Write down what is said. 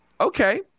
okay